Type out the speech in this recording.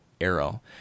arrow